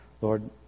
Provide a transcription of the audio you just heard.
Lord